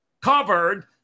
covered